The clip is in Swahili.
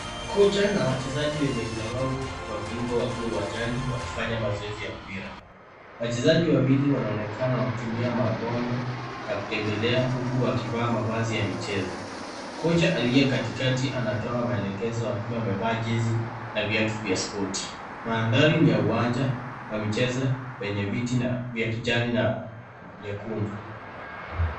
Kocha na wachezaji wenye ulemavu wa viungo wakiwa uwanjani wakifanya mazoezi ya mpira. Wachezaji wawili wanaonekana wakitumia magongo ya kutembelea huku wakivaa mavazi ya michezo. Kocha aliye katikati anatoa maelekezo akiwa amevaa jezi na viatu ya spoti. Mandhari ni ya uwanja wa michezo wenye viti vya kijani na nyekundu.